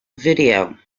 video